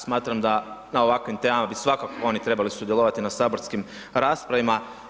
Smatram da na ovakvim temama bi svakako oni trebali sudjelovati na saborskim raspravama.